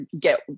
get